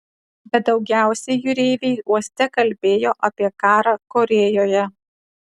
bet daugiausiai jūreiviai uoste kalbėjo apie karą korėjoje